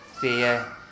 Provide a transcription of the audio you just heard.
fear